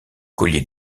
collier